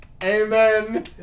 Amen